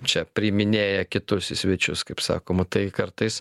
čia priiminėja kitus į svečius kaip sakoma tai kartais